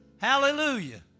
Hallelujah